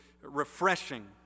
refreshing